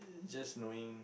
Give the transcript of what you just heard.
just knowing